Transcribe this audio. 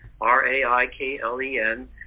R-A-I-K-L-E-N